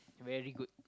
very good